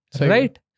right